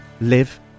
live